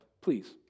please